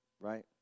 right